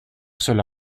cela